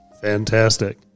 Fantastic